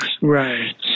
Right